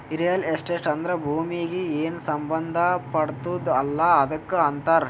real estate ಅಂದ್ರ ಭೂಮೀಗಿ ಏನ್ ಸಂಬಂಧ ಪಡ್ತುದ್ ಅಲ್ಲಾ ಅದಕ್ ಅಂತಾರ್